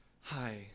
hi